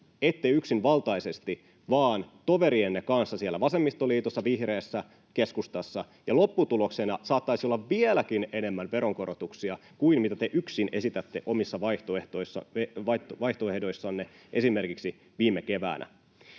ette yksinvaltaisesti vaan toverienne kanssa siellä vasemmistoliitossa, vihreissä ja keskustassa ja lopputuloksena saattaisi olla vieläkin enemmän veronkorotuksia kuin mitä te yksin esitätte omissa vaihtoehdoissanne esimerkiksi viime keväänä.